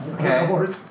Okay